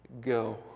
Go